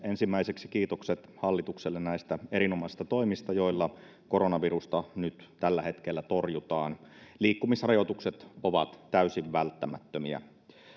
ensimmäiseksi kiitokset hallitukselle näistä erinomaisista toimista joilla koronavirusta nyt tällä hetkellä torjutaan liikkumisrajoitukset ovat täysin välttämättömiä